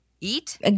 eat